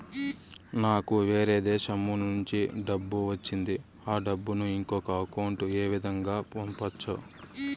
నాకు వేరే దేశము నుంచి డబ్బు వచ్చింది ఆ డబ్బును ఇంకొక అకౌంట్ ఏ విధంగా గ పంపొచ్చా?